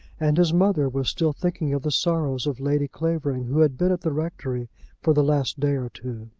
and his mother was still thinking of the sorrows of lady clavering, who had been at the rectory for the last day or two.